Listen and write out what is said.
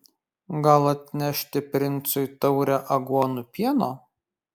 gal atnešti princui taurę aguonų pieno